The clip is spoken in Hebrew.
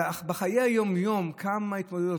ובחיי היום-יום, כמה התמודדויות.